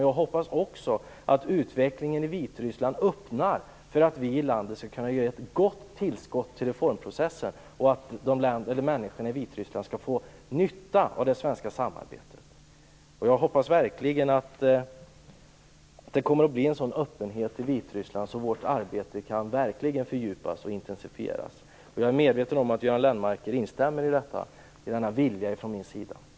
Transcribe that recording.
Jag hoppas också att utvecklingen i Vitryssland öppnar för att vi i vårt land skall kunna ge ett gott tillskott till reformprocessen och att människorna i Vitryssland skall få nytta av det svenska samarbetet. Jag hoppas att det kommer att bli en sådan öppenhet i Vitryssland att vårt arbetet verkligen kan fördjupas och intensifieras. Jag är medveten om att Göran Lennmarker instämmer i denna vilja från min sida.